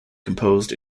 composed